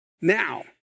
Now